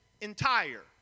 entire